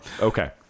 Okay